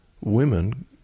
women